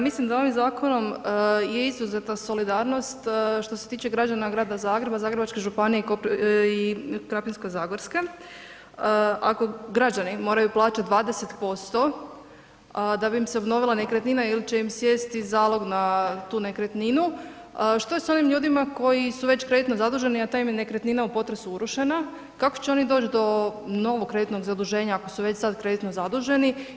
Mislim da ovim zakonom je izuzeta solidarnost što se tiče građana Grada Zagreba, Zagrebačke županije i Krapinsko-zagorske ako građani moraju plaćati 20% da bi im se obnovila nekretnina ili će im sjesti zalog na tu nekretninu, što je sa onim ljudima koji su već kreditno zaduženi a ta im je nekretnina u potresu urušena kako će oni doći do novog kreditnog zadužena ako su već sada kreditno zaduženi?